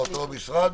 מהפרקליטות.